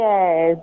Yes